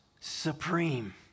supreme